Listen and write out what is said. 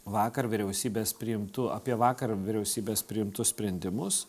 vakar vyriausybės priimtų apie vakar vyriausybės priimtus sprendimus